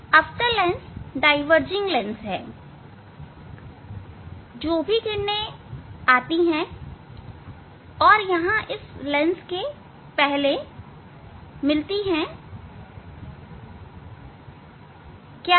अवतल lens diverging lens है जो भी किरण आती है और यहां इस लेंस के पहले मिलती है तो क्या होगा